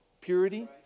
purity